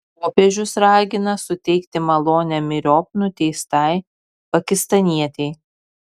popiežius ragina suteikti malonę myriop nuteistai pakistanietei